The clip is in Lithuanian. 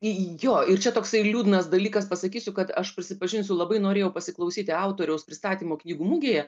į jo ir čia toksai liūdnas dalykas pasakysiu kad aš prisipažinsiu labai norėjau pasiklausyti autoriaus pristatymo knygų mugėje